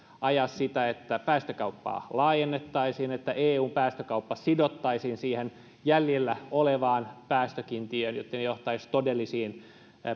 ajaa sitä että päästökauppaa laajennettaisiin että eun päästökauppa sidottaisiin siihen jäljellä olevaan päästökiintiöön jotta se johtaisi todellisiin